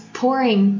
pouring